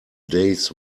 days